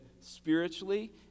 spiritually